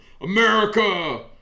America